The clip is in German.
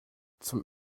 zum